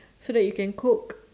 so that you can cook